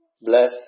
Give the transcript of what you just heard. bless